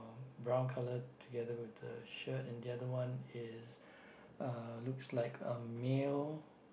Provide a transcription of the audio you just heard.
brown colour together with the shirt and the other one is uh looks like a male